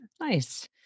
Nice